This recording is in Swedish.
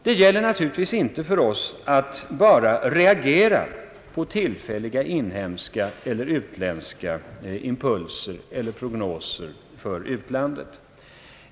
Det gälter naturligtvis för oss att inte bara reagera på tillfälliga inhemska och utländska impulser och prognoser.